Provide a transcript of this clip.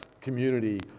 community